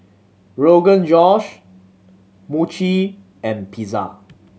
Rogan Josh Mochi and Pizza